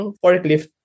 forklift